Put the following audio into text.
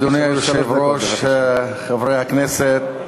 אדוני היושב-ראש, חברי הכנסת,